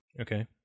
Okay